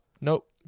Nope